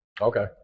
Okay